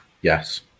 yes